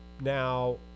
Now